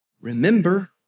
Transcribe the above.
Remember